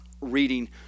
reading